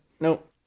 Nope